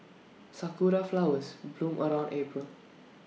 Sakura Flowers bloom around April